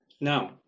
Now